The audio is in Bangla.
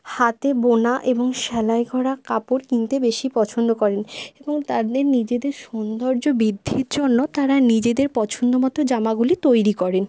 হাতে বোনা এবং সেলাই করা কাপড় কিনতে বেশি পছন্দ করেন এবং তাদের নিজেদের সৌন্দর্য বৃদ্ধির জন্য তারা নিজেদের পছন্দমতো জামাগুলি তৈরি করেন